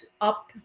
up